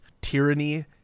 tyranny